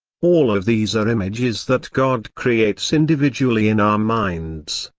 all of these are images that god creates individually in our minds.